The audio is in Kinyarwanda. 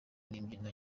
n’imbyino